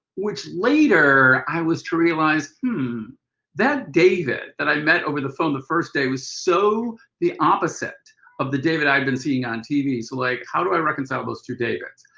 which later i was to realize, hum that david that i met over the phone the first day was so the opposite of the david i've been seeing on tv. so like how do i reconcile those two david's.